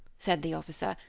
said the officer,